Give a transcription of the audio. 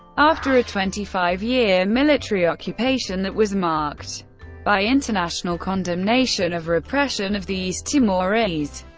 after a twenty-five-year military occupation that was marked by international condemnation of repression of the east timorese.